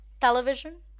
television